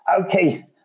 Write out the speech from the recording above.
Okay